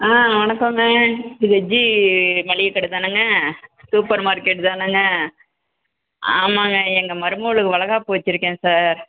ஆ வணக்கங்க இது ஜீ மளிகை கடை தானேங்க சூப்பர் மார்க்கெட் தானேங்க ஆமாங்க எங்கள் மருமகளுக்கு வளைகாப்பு வெச்சுருக்கேன் சார்